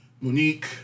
Monique